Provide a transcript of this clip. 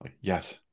Yes